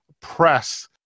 Press